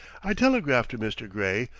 i telegraphed to mr. gray,